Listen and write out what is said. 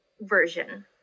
version